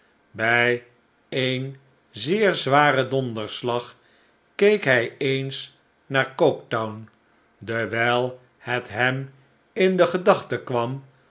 bij een zeer zwaren donderslag keek hij eens naar coketown dewijl het hem in de gedachten kwam